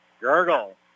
Gurgle